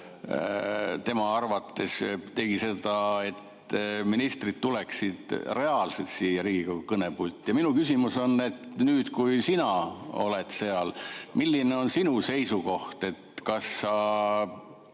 teada ta tegi seda, et ministrid tuleksid reaalselt siia Riigikogu kõnepulti. Minu küsimus on, et nüüd, kui sina oled seal, milline on sinu seisukoht. Kas sa